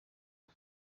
www